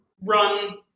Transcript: run